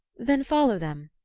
then follow them.